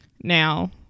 Now